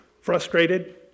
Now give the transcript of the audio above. Frustrated